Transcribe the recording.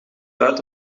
uit